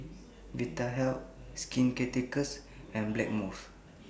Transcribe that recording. Vitahealth Skin Ceuticals and Blackmores